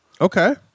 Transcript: Okay